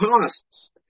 costs